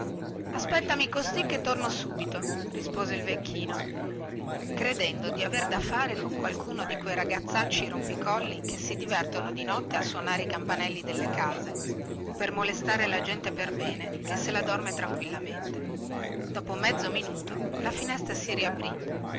aspettami costì che torno subito rispose il vecchino credendo di aver da fare con qualcuno di quei ragazzacci rompicollo che si divertono di notte a suonare i campanelli delle case per molestare la gente per bene che se la dorme tranquillamente dopo mezzo minuto la finestra si riaprì